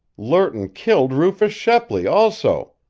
lerton killed rufus shepley, also!